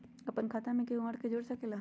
अपन खाता मे केहु आर के जोड़ सके ला?